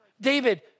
David